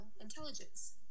intelligence